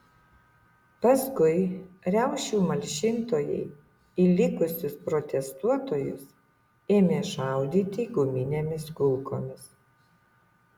paskui riaušių malšintojai į likusius protestuotojus ėmė šaudyti guminėmis kulkomis